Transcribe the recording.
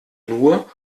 nur